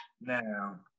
Now